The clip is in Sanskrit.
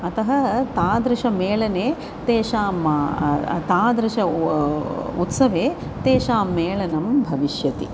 अतः तादृशं मेलने तेषां तादृशे उत्सवे तेषां मेलनं भविष्यति